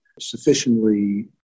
sufficiently